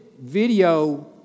video